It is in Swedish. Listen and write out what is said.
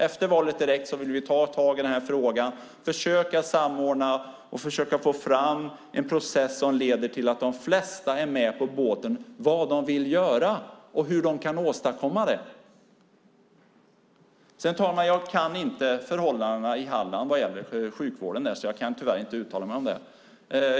Direkt efter valet vill vi ta tag i den här frågan, försöka samordna och försöka få fram en process som leder till att de flesta är med på båten när det gäller vad de vill göra och hur de kan åstadkomma det. Jag känner inte förhållandena i Halland vad gäller sjukvården där, så jag kan tyvärr inte uttala mig om det.